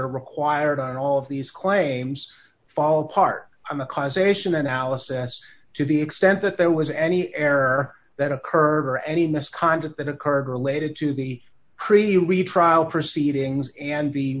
are required on all of these claims fall apart on the causation analysis to the extent that there was any error that occurred or any misconduct that occurred related to the preview we trial proceedings and the